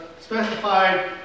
specified